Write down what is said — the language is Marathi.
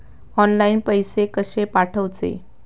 ऑनलाइन पैसे कशे पाठवचे?